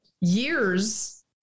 years